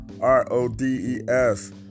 R-O-D-E-S